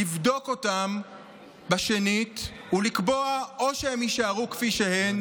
לבדוק אותן שנית ולקבוע: או שהן יישארו כפי שהן